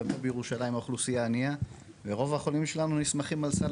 בירושלים האוכלוסייה ענייה ורוב החולים שלנו מסתמכים על סל